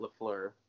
Lafleur